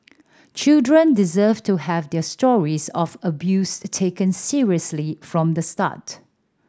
children deserve to have their stories of abuse taken seriously from the start